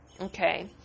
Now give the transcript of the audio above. Okay